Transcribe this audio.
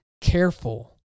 careful